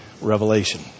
Revelation